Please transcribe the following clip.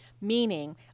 Meaning